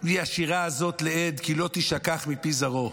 השירה הזאת לעד כי לא תישכח מפי זרעו.